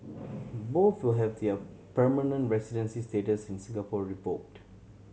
both will have their permanent residency status in Singapore revoked